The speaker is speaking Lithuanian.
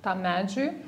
tam medžiui